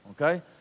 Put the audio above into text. Okay